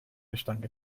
gestank